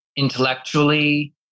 Intellectually